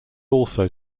also